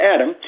Adam